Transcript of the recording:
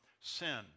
sin